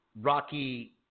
Rocky